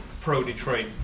pro-Detroit